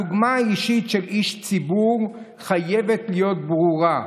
הדוגמה האישית של איש ציבור חייבת להיות ברורה.